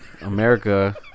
America